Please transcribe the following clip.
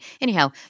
Anyhow